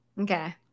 Okay